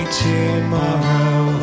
tomorrow